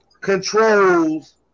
controls